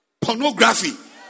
Pornography